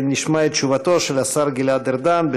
נשמע את תשובתו של השר גלעד ארדן,